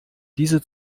diese